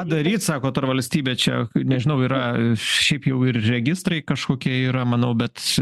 daryt sakot ar valstybė čia nežinau yra šiaip jau ir registrai kažkokie yra manau bet